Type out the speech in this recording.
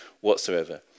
whatsoever